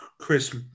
Chris